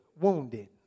wounded